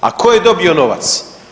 A ko je dobio novac?